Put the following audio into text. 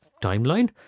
timeline